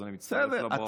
אז אני מצטרף לברכות.